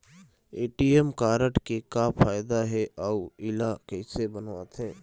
ATM card के का फायदा हे अऊ इला कैसे बनवाथे?